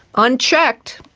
unchecked,